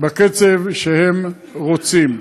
בקצב שהם רוצים.